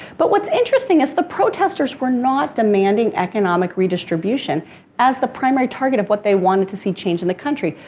but what's interesting is the protestors were not demanding economic redistribution as the primary target of what they wanted to see changed in the country.